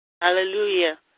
Hallelujah